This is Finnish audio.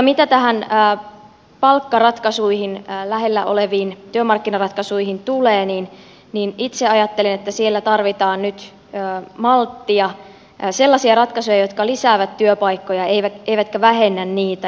mitä tähän palkkaratkaisuita lähellä oleviin työmarkkinaratkaisuihin tulee niin itse ajattelen että siellä tarvitaan nyt malttia sellaisia ratkaisuja jotka lisäävät työpaikkoja eivätkä vähennä niitä